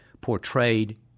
portrayed